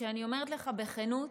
שאני אומרת לך בכנות,